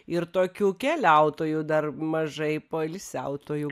ir tokių keliautojų dar mažai poilsiautojų